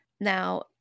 Now